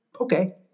okay